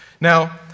Now